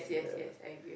yeah